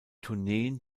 tourneen